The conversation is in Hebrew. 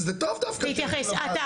זה טוב דווקא -- אתה מודע,